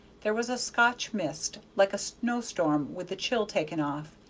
there was a scotch mist, like a snow-storm with the chill taken off,